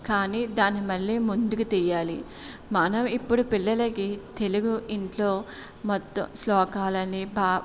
కానీ దాని మళ్ళీ ముందుకు తియ్యాలి మనం ఇప్పుడు పిల్లలకి తెలుగు ఇంట్లో మొత్తం శ్లోకాలని ప